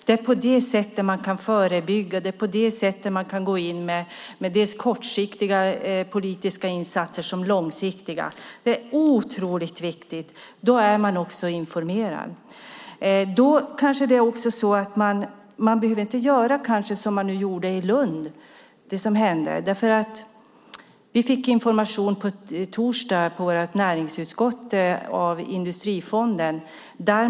Det är på det sättet man kan förebygga och gå in med både kortsiktiga och långsiktiga politiska insatser. Det är otroligt viktigt. Då är man också informerad. Man behöver inte göra som i Lund. Vi fick information i torsdags vid vårt möte i näringsutskottet från Industrifonden.